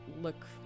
look